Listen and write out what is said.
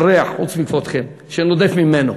מהריח, חוץ מכבודכם, שנודף ממנו,